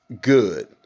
good